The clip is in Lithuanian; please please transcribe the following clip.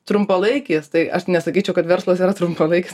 trumpalaikės tai aš nesakyčiau kad verslas yra trumpalaikis